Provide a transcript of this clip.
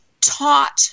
taught